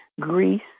Greece